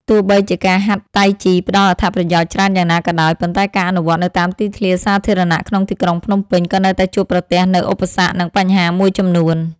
ទោះបីជាការហាត់តៃជីផ្ដល់អត្ថប្រយោជន៍ច្រើនយ៉ាងណាក៏ដោយ ប៉ុន្តែការអនុវត្តនៅតាមទីធ្លាសាធារណៈក្នុងទីក្រុងភ្នំពេញ ក៏នៅតែជួបប្រទះនូវឧបសគ្គ និងបញ្ហាមួយចំនួន។